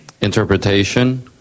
interpretation